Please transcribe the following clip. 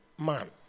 man